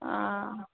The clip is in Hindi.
हाँ